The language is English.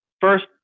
first